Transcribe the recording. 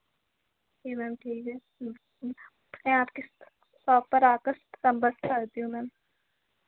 जी ma'am ठीक है मैं आपके शॉप पर आकर सम्पर्क करती हूँ मैम